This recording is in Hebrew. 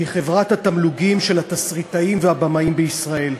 שהיא חברת התמלוגים של התסריטאים והבמאים בישראל.